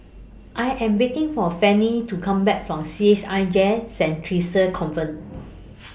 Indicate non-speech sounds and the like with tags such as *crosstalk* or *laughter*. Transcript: I Am waiting For Fanny to Come Back from C H I J Saint Theresa's Convent *noise*